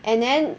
and then